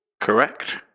Correct